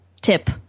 tip